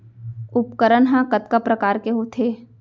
उपकरण हा कतका प्रकार के होथे?